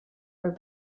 for